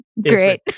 great